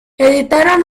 editaron